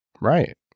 Right